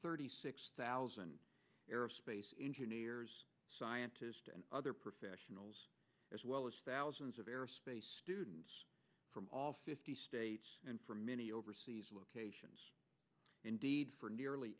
thirty six thousand aerospace engineers scientists and other professionals as well as thousands of aerospace students from all fifty states and from many overseas locations indeed for nearly